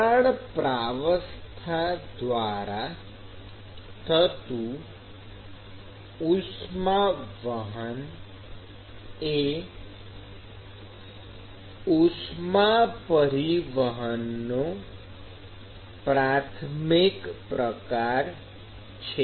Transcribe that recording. વરાળ પ્રાવસ્થા દ્વારા થતું ઉષ્માવહન એ ઉષ્મા પરિવહનનો પ્રાથમિક પ્રકાર છે